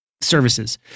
services